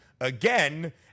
again